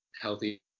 healthy